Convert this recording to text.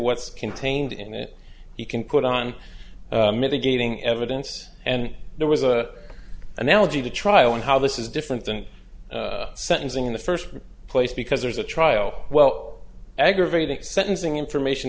what's contained in it he can put on mitigating evidence and there was an analogy to trial and how this is different than sentencing in the first place because there's a trial well aggravating sentencing information